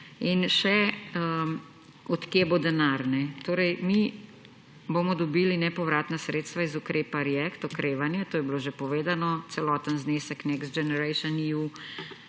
In od kje bo denar? Mi bomo dobili nepovratna sredstva iz ukrepa React, okrevanje, to je bilo že povedano, celoten znesek Next Generation EU,